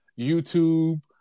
YouTube